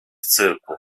cyrku